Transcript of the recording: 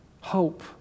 hope